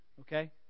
Okay